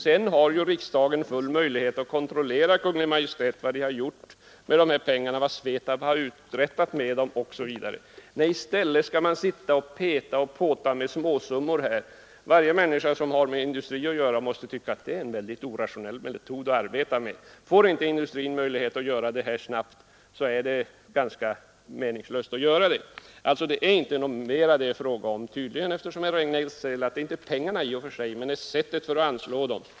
Sedan har ju riksdagen möjlighet att kontrollera vad Kungl. Maj:t gjort med pengarna, vad Svetab har uträttat med dem osv. I stället skall man peta och påta med småsummor. Varje människa som har med industri att göra måste tycka att det är en irrationell metod att arbeta efter. Får inte industrin möjlighet att göra detta snabbt, är det ganska meningslöst att alls göra det. Det är inte något annat det är fråga om tydligen, eftersom herr Regnéll säger att det inte är pengarna i och för sig det är fråga om utan sättet att anslå dem.